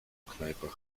knajpach